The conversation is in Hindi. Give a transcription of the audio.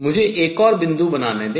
मुझे एक और बिंदु बनाने दें